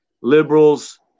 liberals